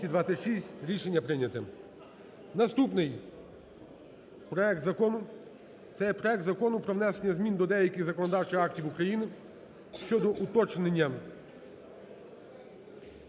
Закону України про внесення змін до деяких законодавчих актів України щодо уточнення